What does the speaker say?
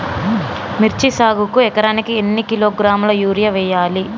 మిర్చి సాగుకు ఎకరానికి ఎన్ని కిలోగ్రాముల యూరియా వేయాలి?